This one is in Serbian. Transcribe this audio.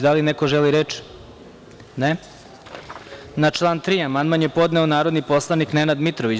Da li neko želi reč? (Ne.) Na član 3. amandman je podneo narodni poslanik Nenad Mitrović.